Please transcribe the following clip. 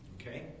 Okay